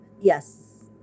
Yes